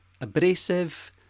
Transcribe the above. abrasive